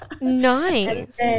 Nice